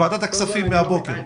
בוועדת הכספים מהבוקר.